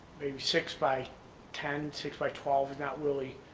six by ten, six by twelve, is not really